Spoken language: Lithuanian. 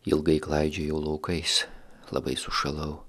ilgai klaidžiojau laukais labai sušalau